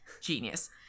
Genius